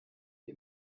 die